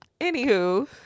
Anywho